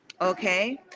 okay